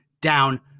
down